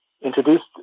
introduced